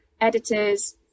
editors